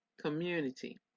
community